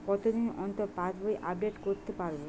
কতদিন অন্তর পাশবই আপডেট করতে পারব?